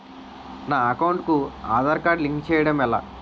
నా అకౌంట్ కు Aadhaar card link చేయడం ఎలా?